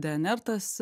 dnr tas